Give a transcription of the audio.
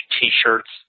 t-shirts